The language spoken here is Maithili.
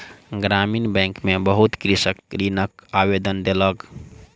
ग्रामीण बैंक में बहुत कृषक ऋणक आवेदन देलक